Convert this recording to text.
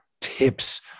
tips